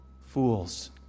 fools